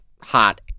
hot